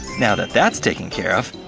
now that that's taken care of,